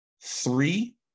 three